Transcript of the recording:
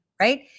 right